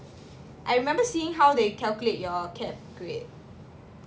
I remember seeing how they calculate your cap grade